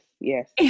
yes